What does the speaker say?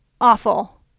awful